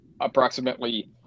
approximately